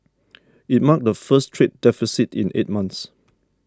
it marked the first trade deficit in eight months